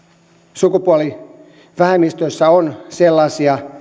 sukupuolivähemmistöissä on sellaisia